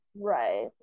Right